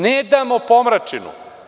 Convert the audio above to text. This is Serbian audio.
Ne damo pomračinu.